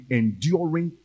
enduring